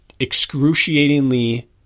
excruciatingly